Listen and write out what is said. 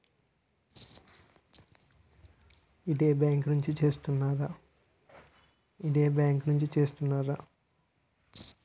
ఇదే బ్యాంక్ నుంచి చేస్తారా?